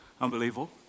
unbelievable